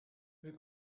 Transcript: mais